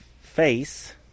face